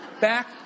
back